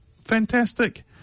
Fantastic